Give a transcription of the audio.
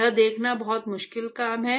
यह देखना बहुत मुश्किल काम है